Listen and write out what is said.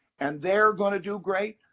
and they're going to do great,